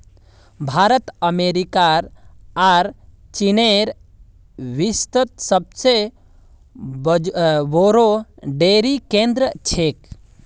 भारत अमेरिकार आर चीनेर विश्वत सबसे बोरो डेरी केंद्र छेक